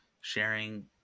sharing